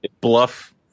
bluff